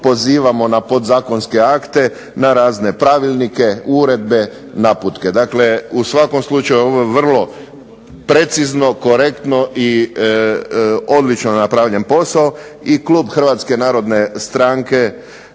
pozivamo na podzakonske akte, na razne pravilnike, uredbe, naputke. Dakle u svakom slučaju ovo je vrlo precizno, korektno i odlično napravljen posao, i klub Hrvatske narodne stranke